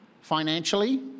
Financially